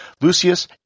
Lucius